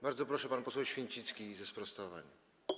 Bardzo proszę, pan poseł Święcicki ze sprostowaniem.